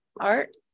art